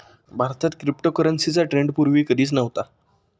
भारतात क्रिप्टोकरन्सीचा ट्रेंड पूर्वी कधीच नव्हता